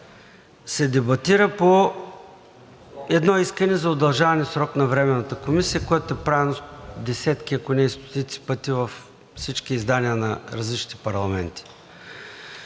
се дебатира по едно искане за удължаване на срок на Временната комисия, което е правено десетки, ако не и стотици пъти, във всички издания на различните парламенти.